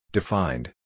Defined